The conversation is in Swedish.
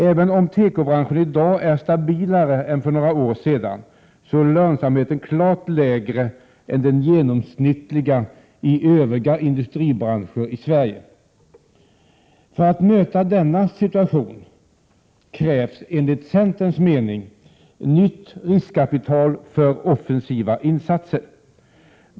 Även om tekobranschen i dag är stabilare än för några år sedan, är lönsamheten klart lägre än den genomsnittliga i övriga industribranscher i Sverige. För att möta denna situation krävs, enligt centerns mening, nytt riskkapital för offensiva insatser.